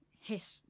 hit